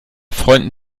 freunden